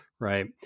right